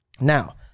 Now